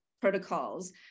protocols